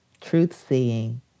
truth-seeing